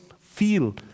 feel